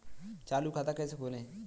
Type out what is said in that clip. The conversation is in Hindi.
चालू खाता कैसे खोलें?